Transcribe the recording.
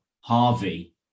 Harvey